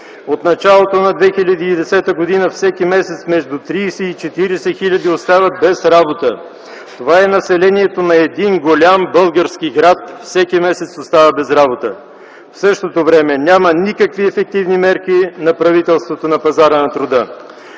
От началото на 2010 г. всеки месец между 30 и 40 000 остават без работа. Това е населението на един голям български град, което всеки месец остава без работа. В същото време няма никакви ефективни мерки на правителството на пазара на труда.